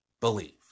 believe